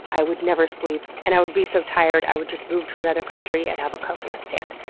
i would never sleep, and i would be so tired i would just move to another country and have a coconut stand.